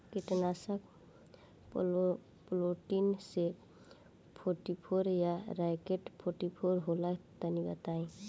कीटनाशक Polytrin C forty four या Rocket forty four होला तनि बताई?